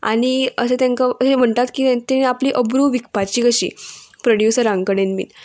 आनी अशें तेंका अशें म्हणटात की तेणी आपली अब्रू विकपाची कशी प्रोड्युसरां कडेन बीन